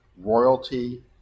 royalty